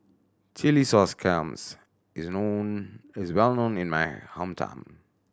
chilli sauce clams is known well known in my hometown